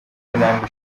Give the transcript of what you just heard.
ntambwe